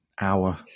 hour